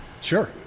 sure